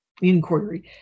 inquiry